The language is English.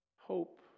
Hope